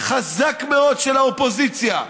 חזק מאוד של האופוזיציה,